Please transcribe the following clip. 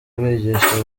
bigisha